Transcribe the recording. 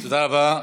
תודה רבה.